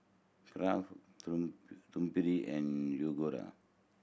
Kraft Triumph and Yoguru